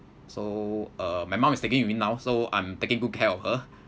so uh my mum is staying with me now so I'm taking good care of her